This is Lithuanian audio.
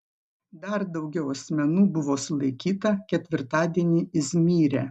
dar daugiau asmenų buvo sulaikyta ketvirtadienį izmyre